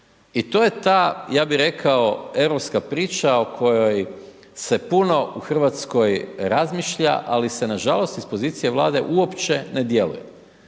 I to je ta, ja bi rekao europska priča o kojoj se puno u Hrvatskoj razmišlja, ali se nažalost, iz pozicije vlade, uopće ne djeluje.